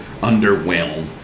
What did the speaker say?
underwhelm